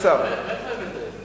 הבאת את זה?